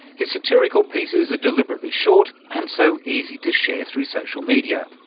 his satirical pieces are deliberately short and so easy to share through social media.